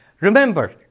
Remember